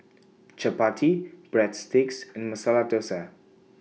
Chapati Breadsticks and Masala Dosa